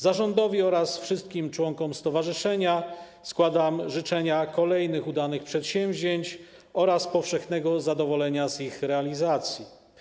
Zarządowi oraz wszystkim członkom stowarzyszenia składam życzenia kolejnych udanych przedsięwzięć oraz powszechnego zadowolenia z ich realizacji.